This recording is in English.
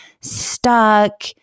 stuck